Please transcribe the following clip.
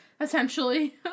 essentially